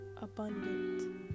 abundant